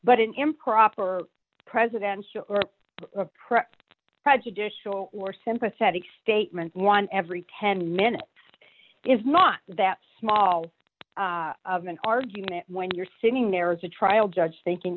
but an improper presidential or prep prejudicial or sympathetic statement one every ten minutes is not that small of an argument when you're sitting there as a trial judge thinking